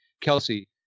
Kelsey